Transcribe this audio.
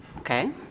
Okay